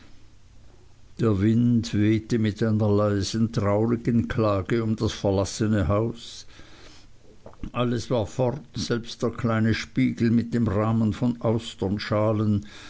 der wind wehte wie mit einer leisen traurigen klage um das verlassene haus alles war fort selbst der kleine spiegel mit dem rahmen von